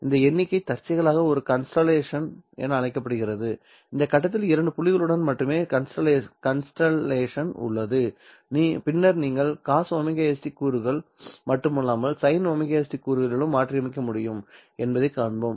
இந்த எண்ணிக்கை தற்செயலாக ஒரு கன்ஸ்டல்லேஷன் என அழைக்கப்படுகிறது இந்த கட்டத்தில் இரண்டு புள்ளிகளுடன் மட்டுமே கன்ஸ்டல்லேஷன் உள்ளது பின்னர் நீங்கள் cos ωst கூறுகளில் மட்டுமல்லாமல் sin ωst கூறுகளிலும் மாற்றியமைக்க முடியும் என்பதைக் காண்போம்